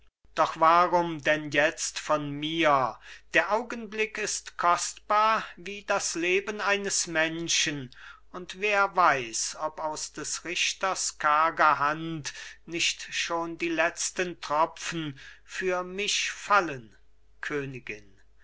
doch warum denn jetzt von mir der augenblick ist kostbar wie das leben eines menschen und wer weiß ob aus des richters karger hand nicht schon die letzten tropfen für mich fallen königin